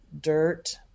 dirt